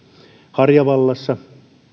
harjavallassa